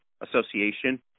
Association